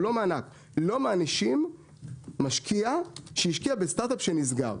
מענישים משקיע שהשקיע בסטארט-אפ שנסגר.